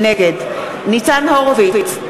נגד ניצן הורוביץ,